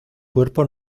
cuerpo